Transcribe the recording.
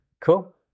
Cool